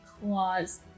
claws